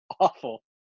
awful